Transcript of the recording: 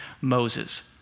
Moses